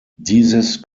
dieses